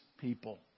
people